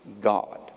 God